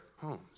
homes